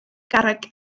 garreg